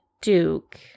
Duke